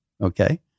okay